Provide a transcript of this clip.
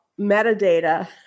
metadata